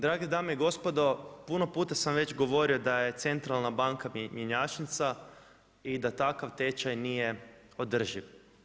Drage dame i gospodo, puno puta sam već govorio da je Centralna banka i mjenjačnica i da takav tečaj nije održiv.